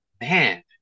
man